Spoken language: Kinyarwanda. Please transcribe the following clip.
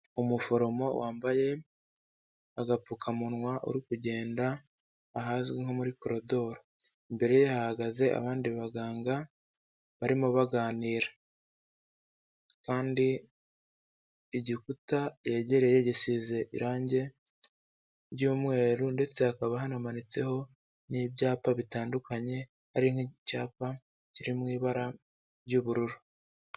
Umuforomo wambaye agapfukamunwa uri kugenda ahazwi nko muri korodoro, imbere hahagaze abandi baganga barimo baganira kandi igikuta yegereye gisize irangi ry'umweru ndetse hakaba hanamanitseho n'ibyapa bitandukanye ari nk'icyapa kiri mu ibara ry'ubururu.